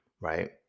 Right